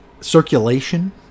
circulation